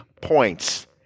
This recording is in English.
points